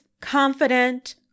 confident